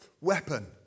weapon